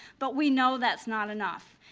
but we know that's not enough.